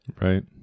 Right